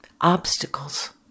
obstacles